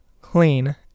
clean